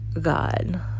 God